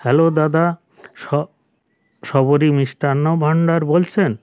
hello দাদা শবরী মিষ্টান্ন ভান্ডার বলছেন